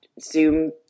Zoom